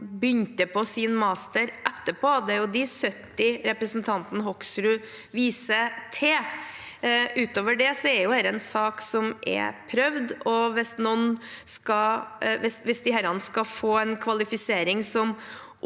begynte på sin master etterpå – det er jo disse 70 representanten Hoksrud viser til. Utover det er dette en sak som er prøvd, og hvis disse skal få en kvalifisering som